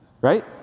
Right